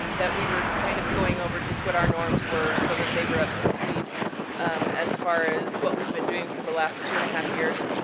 and that we were kind of going over just what our norms were so that they were up to speed as far as what we've been doing for the last two and a half years.